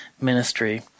ministry